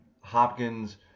Hopkins